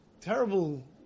terrible